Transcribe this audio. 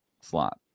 slot